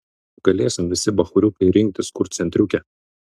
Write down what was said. galėsim visi bachūriukai rinktis kur centriuke